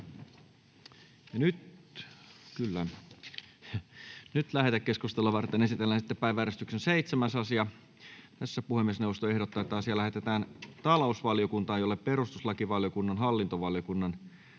Lähetekeskustelua varten esitellään päiväjärjestyksen 7. asia. Puhemiesneuvosto ehdottaa, että asia lähetetään talousvaliokuntaan, jolle perustuslakivaliokunnan, hallintovaliokunnan,